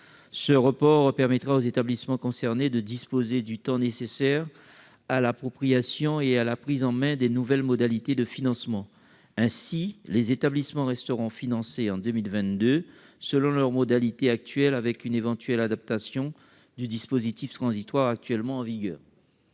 de permettre aux établissements concernés de disposer du temps nécessaire à l'appropriation et à la prise en main des nouvelles modalités de financement. Ainsi, les établissements resteront financés en 2022 selon leurs modalités actuelles, le dispositif transitoire actuellement en vigueur